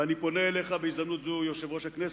ואני פונה אליך בהזדמנות זו, יושב-ראש הכנסת,